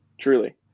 Truly